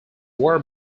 war